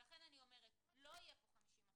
לכן אני אומרת: לא יהיה פה 50^,